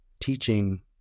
teaching